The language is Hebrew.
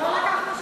לא לקחנו שום,